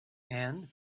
and